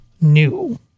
new